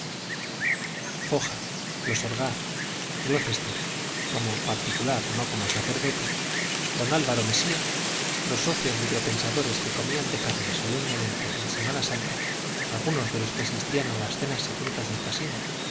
foja los orgaz glocester como particular no como sacerdote don álvaro mesía los socios librepensadores que comían de carne solemnemente en semana santa algunos de los que asistían a las cenas secretas del casino